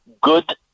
good